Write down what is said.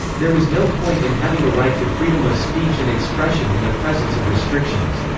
there was no point in having a right to freedom of speech and expression in the presence of restrictions.